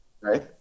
Right